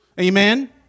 Amen